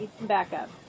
backup